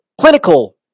clinical